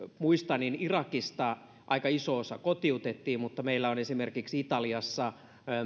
muistan niin irakista aika iso osa kotiutettiin mutta meillä on esimerkiksi italiassa